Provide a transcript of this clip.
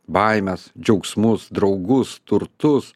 baimes džiaugsmus draugus turtus